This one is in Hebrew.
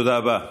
תודה רבה.